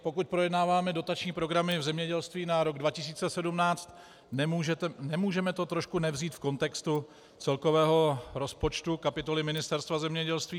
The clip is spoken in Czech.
Pokud projednáváme dotační programy v zemědělství na rok 2017, nemůžeme to trošku nevzít v kontextu celkového rozpočtu kapitoly Ministerstva zemědělství.